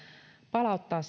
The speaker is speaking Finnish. palauttaa